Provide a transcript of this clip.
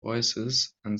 voicesand